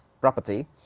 Property